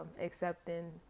accepting